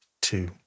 Two